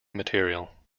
material